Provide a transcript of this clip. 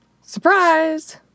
Surprise